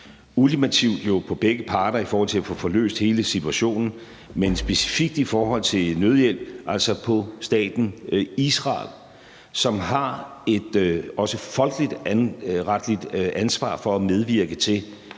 ultimativt jo på begge parter i forhold til at få forløst hele situationen, men specifikt i forhold til nødhjælp, altså på staten Israel, som har et også folkeretligt ansvar for at medvirke til,